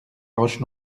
roche